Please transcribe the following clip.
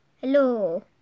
hello